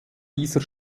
dieser